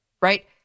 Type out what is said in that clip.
right